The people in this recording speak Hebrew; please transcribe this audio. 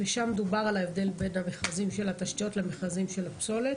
ושם דובר על ההבדל בין המכרזים של התשתיות למכרזים של הפסולת,